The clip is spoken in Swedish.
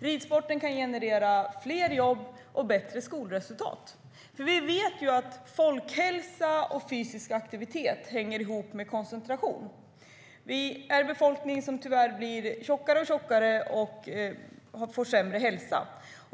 Ridsporten kan generera fler jobb och bättre skolresultat. Vi vet att folkhälsa och fysisk aktivitet hänger ihop med koncentration. Vi har en befolkning som tyvärr blir tjockare och tjockare och får sämre hälsa.